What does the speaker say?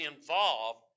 involved